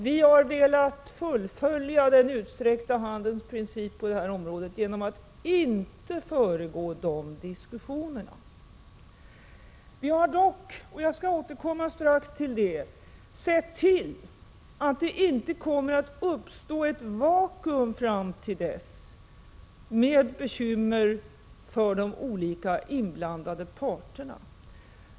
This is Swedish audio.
Vi har velat fullfölja den utsträckta handens princip på det här området genom att inte föregripa de diskussionerna. Vi har dock — och jag skall strax återkomma till det — sett till att det inte kommer att uppstå ett vakuum fram till dess med bekymmer för de olika inblandade parterna.